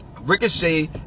Ricochet